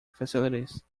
facilities